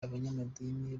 abanyamadini